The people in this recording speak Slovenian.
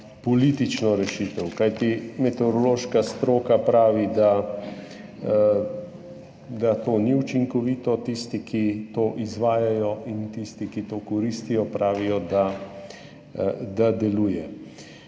politično rešitev. Kajti meteorološka stroka pravi, da to ni učinkovito, tisti, ki to izvajajo, in tisti, ki to koristijo, pravijo, da deluje.